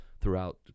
throughout